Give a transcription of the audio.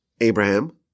Abraham